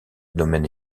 domaine